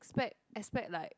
spec~ expect like